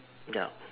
ya